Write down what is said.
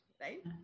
right